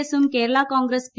എസ്സും Kerala Congress P